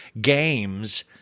games